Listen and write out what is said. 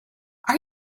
are